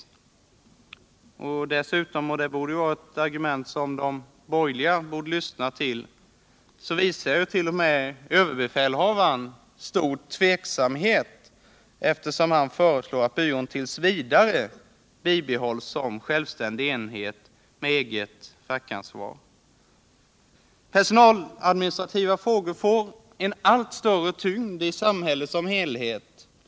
Dessutom — och det borde ju vara ett argument som de borgerliga lyssnar till — visar t.o.m. överbefälhavaren stor tveksamhet, eftersom han föreslår att byrån t. v. skall bibehållas som självständig enhet med eget fackansvar. Personaladministrativa frågor får en allt större tyngd i samhället som helhet.